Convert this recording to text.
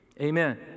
Amen